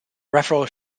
raphael